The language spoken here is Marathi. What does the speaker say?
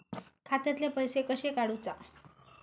खात्यातले पैसे कशे काडूचा?